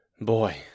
boy